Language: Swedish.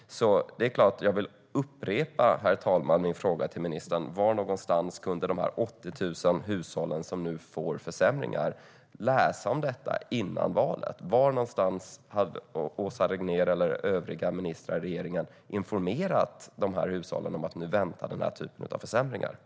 Herr talman! Låt mig upprepa min fråga till ministern: Var någonstans kunde de 80 000 hushåll som nu får försämringar läsa om detta före valet? Var informerade Åsa Regnér eller övriga ministrar i regeringen dessa hushåll om att dessa försämringar väntade?